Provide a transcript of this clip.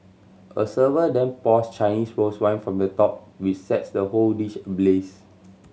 a server then pours Chinese rose wine from the top which sets the whole dish ablaze